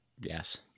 Yes